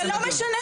זה לא משנה.